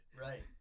Right